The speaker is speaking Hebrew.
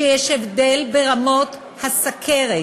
שיש הבדל ברמות הסוכרת,